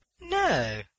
No